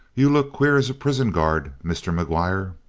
you look queer as a prison-guard, mr. mcguire.